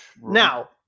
now